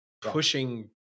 pushing